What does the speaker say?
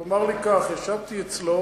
הוא אמר לי כך: ישבתי אצלו,